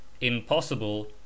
impossible